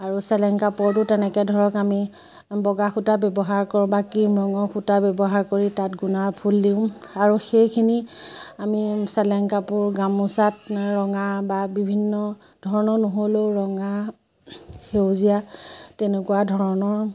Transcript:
আৰু চেলেং কাপোৰো তেনেকৈ ধৰক আমি বগা সূতা ব্যৱহাৰ কৰোঁ বা ক্ৰীম ৰঙৰ সূতা ব্যৱহাৰ কৰি তাত গুণাৰ ফুল দিওঁ আৰু সেইখিনি আমি চেলেং কাপোৰ গামোচাত ৰঙা বা বিভিন্ন ধৰণৰ নহ'লেও ৰঙা সেউজীয়া তেনেকুৱা ধৰণৰ